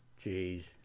Jeez